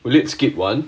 will it skip one